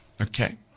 Okay